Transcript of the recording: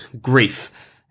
grief